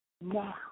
now